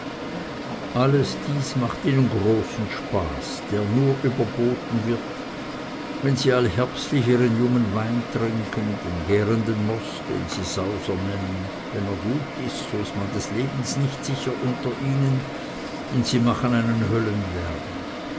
alles dies macht ihnen großen spaß der nur überboten wird wenn sie allherbstlich ihren jungen wein trinken den gärenden most den sie sauser nennen wenn er gut ist so ist man des lebens nicht sicher unter ihnen und sie machen einen höllenlärm